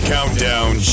Countdown